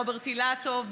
רוברט אילטוב,